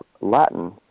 Latin